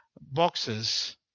boxes